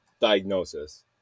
diagnosis